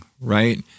right